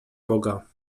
boga